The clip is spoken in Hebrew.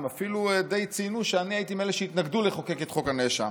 הם אפילו די ציינו שאני הייתי מאלה שהתנגדו לחוקק את חוק הנאשם.